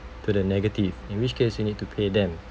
to the negative in which case you need to pay them